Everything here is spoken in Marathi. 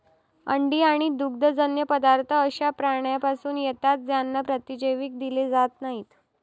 अंडी आणि दुग्धजन्य पदार्थ अशा प्राण्यांपासून येतात ज्यांना प्रतिजैविक दिले जात नाहीत